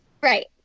Right